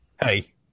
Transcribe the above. hey